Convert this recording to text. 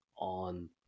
on